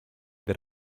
that